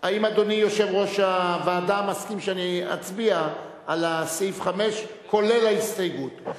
האם אדוני יושב-ראש הוועדה מסכים שאני אצביע על סעיף 5 כולל ההסתייגות?